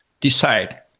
decide